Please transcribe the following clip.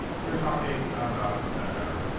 we're talking about stackdriver.